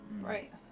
Right